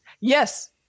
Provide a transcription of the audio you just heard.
Yes